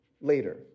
later